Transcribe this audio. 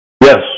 yes